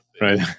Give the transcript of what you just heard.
right